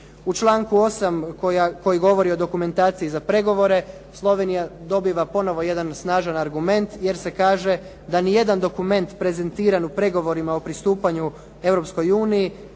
U članku 8. koji govori o dokumentaciji za pregovore, Slovenija dobiva ponovo jedan snažan argument jer se kaže da ni jedan dokument prezentiran u pregovorima o pristupanju